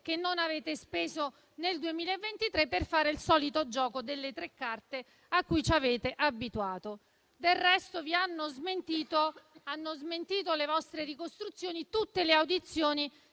che non avete speso nel 2023, per fare il solito gioco delle tre carte a cui ci avete abituato. Del resto, hanno smentito le vostre ricostruzioni tutte le audizioni